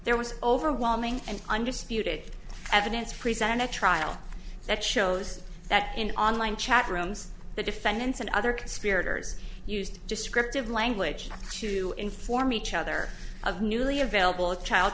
there was overwhelming and undisputed evidence presented at trial that shows that in an online chat rooms the defendants and other conspirators used descriptive language to inform each other of newly available